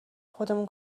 خودمون